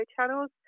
channels